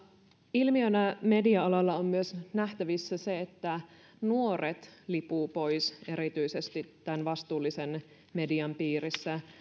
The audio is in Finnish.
ilmiönä media alalla on nähtävissä myös se että nuoret lipuvat pois erityisesti tämän vastuullisen median piiristä